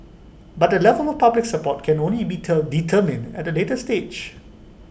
but the level of public support can only be ter determined at A later stage